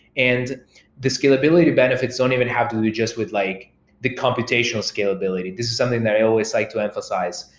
and the scalability to benefits don't even have to do just with like the computational scalability. this is something that i always like to emphasize.